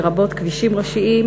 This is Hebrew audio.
לרבות כבישים ראשיים,